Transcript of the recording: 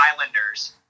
Islanders